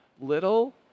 little